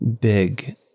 big